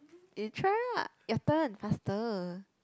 you try lah your turn faster